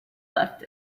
left